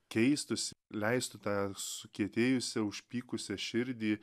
keistųs leistų tą sukietėjusią užpykusią širdį